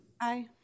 Aye